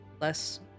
less